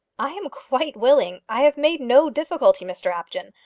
i am quite willing. i have made no difficulty, mr apjohn.